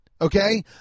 Okay